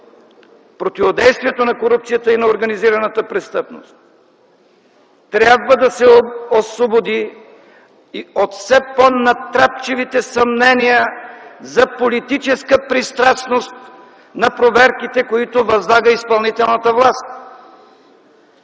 противодействието на корупцията и на организираната престъпност трябва да се освободи от все по-натрапчивите съмнения за политическа пристрастност на проверките, които възлага изпълнителната власт.